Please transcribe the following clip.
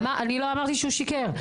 אני לא אמרתי שהוא שיקר.